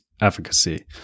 efficacy